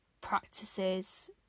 practices